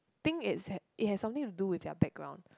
think it's has it has something to do with their background